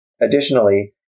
Additionally